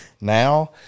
now